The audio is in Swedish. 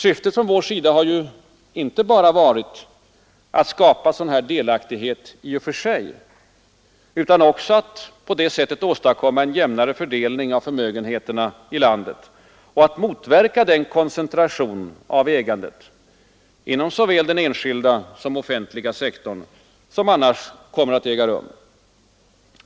Syftet från vår sida har inte bara varit att skapa sådan delaktighet i och för sig utan också att därigenom åstadkomma en jämnare fördelning av förmögenheterna i vårt land och att motverka den koncentration av ägandet inom såväl den enskilda som den offentliga sektorn som eljest kommer att äga rum.